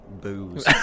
booze